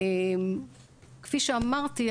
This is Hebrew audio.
כפי שאמרתי,